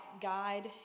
guide